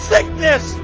Sickness